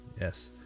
yes